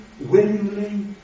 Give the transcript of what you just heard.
willingly